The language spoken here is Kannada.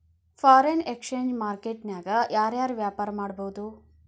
ಫಾರಿನ್ ಎಕ್ಸ್ಚೆಂಜ್ ಮಾರ್ಕೆಟ್ ನ್ಯಾಗ ಯಾರ್ ಯಾರ್ ವ್ಯಾಪಾರಾ ಮಾಡ್ಬೊದು?